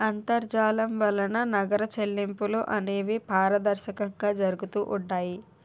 అంతర్జాలం వలన నగర చెల్లింపులు అనేవి పారదర్శకంగా జరుగుతూ ఉంటాయి